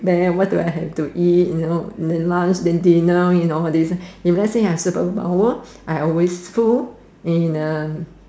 what do I have to eat you know then lunch then dinner you know all these if I have a superpower I always full then uh